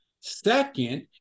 Second